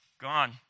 Gone